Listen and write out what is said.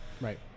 Right